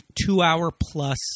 two-hour-plus